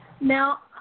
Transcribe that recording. Now